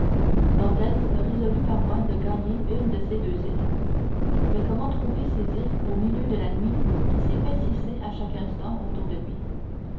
dantès ne résolut pas moins de gagner une de ces deux îles mais comment trouver ces îles au milieu de la nuit qui s'épaississait à chaque instant autour de lui